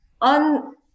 on